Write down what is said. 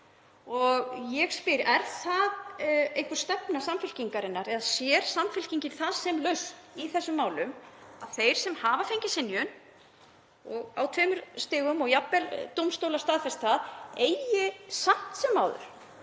Og ég spyr: Er það einhver stefna Samfylkingarinnar eða sér Samfylkingin það sem lausn í þessum málum að þeir sem hafa fengið synjun á tveimur stigum og dómstólar jafnvel staðfest það eigi samt sem áður